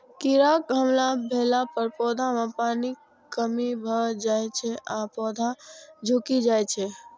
कीड़ाक हमला भेला पर पौधा मे पानिक कमी भए जाइ छै आ पौधा झुकि जाइ छै